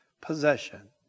possession